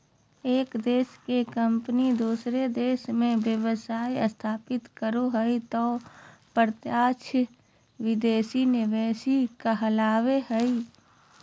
एक देश के कम्पनी दोसर देश मे व्यवसाय स्थापित करो हय तौ प्रत्यक्ष विदेशी निवेश कहलावय हय